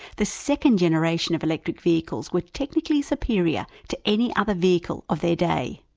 the second generation of electric vehicles were technically superior to any other vehicle of their day.